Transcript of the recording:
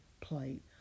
plate